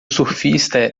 surfista